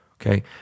Okay